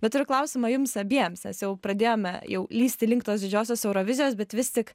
bet ir klausimą jums abiems nes jau pradėjome jau lįsti link tos didžiosios eurovizijos bet vis tik